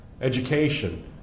education